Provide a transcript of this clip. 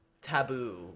taboo